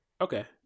Okay